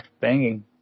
banging